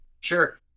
Sure